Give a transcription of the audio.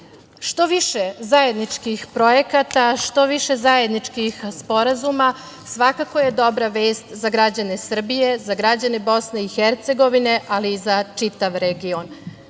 Što više zajedničkih projekata, što više zajedničkih sporazuma svakako je dobra vest za građane Srbije, za građane BiH, ali i za čitav